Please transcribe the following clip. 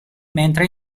mentre